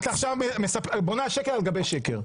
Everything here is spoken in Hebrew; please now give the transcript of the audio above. את בונה שקר על גבי שקר.